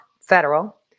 federal